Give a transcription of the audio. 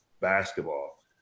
basketball